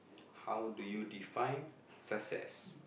how do you define success